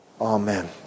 Amen